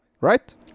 Right